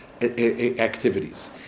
activities